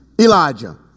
Elijah